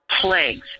plagues